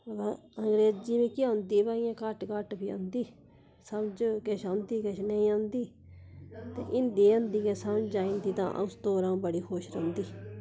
अंग्रेज़ी मिकी औंदी भई इ'यां घट्ट घट्ट ई औंदी समझ किश औंदी किश नेईं औंदी ते हिंदी हिंदी गै समझ आई जंदा तां अ'ऊं उस तौरा पर बड़ी खुश रौंह्दी